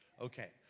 Okay